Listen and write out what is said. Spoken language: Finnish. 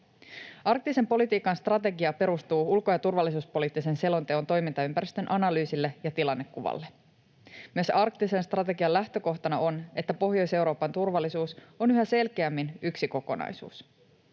Arktisen politiikan strategia perustuu ulko- ja turvallisuuspoliittisen selonteon toimintaympäristön analyysille ja tilannekuvalle. Myös arktisen strategian lähtökohtana on, että Pohjois-Euroopan turvallisuus on yhä selkeämmin yksi kokonaisuus.